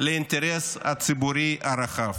לאינטרס הציבורי הרחב.